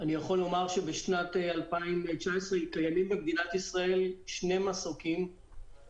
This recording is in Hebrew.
אני יכול לומר שבשנת 2019 קיימים במדינת ישראל שני מסוקים,